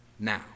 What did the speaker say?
Now